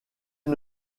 est